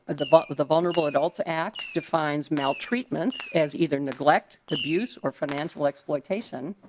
and the but with the vulnerable adult act defines maltreatment as either neglect abuse or financial exploitation.